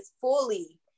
fully